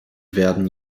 werden